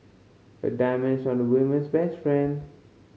a diamond's on a woman's best friend